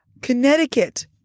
Connecticut